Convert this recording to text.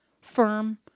Firm